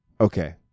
Okay